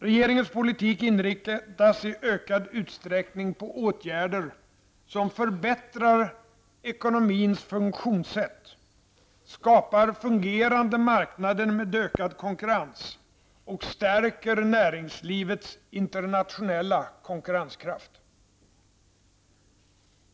Regeringens politik inriktas i ökad utsträckning på åtgärder som förbättrar ekonomins funktionssätt, skapar fungerande marknader med ökad konkurrens och stärker näringslivets internationella konkurrenskraft.